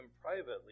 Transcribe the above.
privately